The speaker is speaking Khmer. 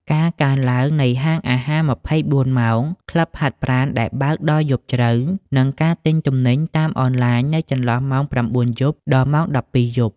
ការកើនឡើងនៃហាងអាហារ ២៤ ម៉ោង, ក្លឹបហាត់ប្រាណដែលបើកដល់យប់ជ្រៅ, និងការទិញទំនិញតាមអនឡាញនៅចន្លោះម៉ោង ៩ យប់ ដល់ម៉ោង ១២ យប់។